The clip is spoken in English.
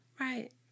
Right